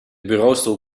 bureaustoel